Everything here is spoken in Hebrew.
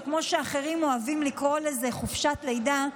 או כמו שאחרים אוהבים לקרוא לזה "חופשת לידה",